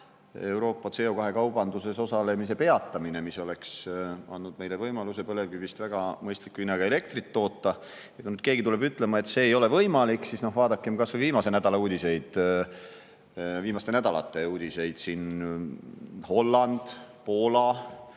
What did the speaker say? Euroopa CO2-kaubanduses osalemise ajutine peatamine. See oleks andnud meile võimaluse põlevkivist väga mõistliku hinnaga elektrit toota. Kui keegi tuleb ütlema, et see ei ole võimalik, siis vaadakem kas või viimaste nädalate uudiseid. Holland, Poola